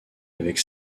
avec